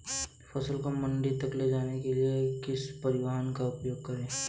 फसल को मंडी तक ले जाने के लिए किस परिवहन का उपयोग करें?